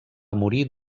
morir